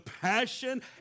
passion